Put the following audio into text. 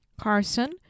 Carson